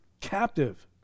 captive